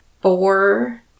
four